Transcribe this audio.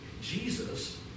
Jesus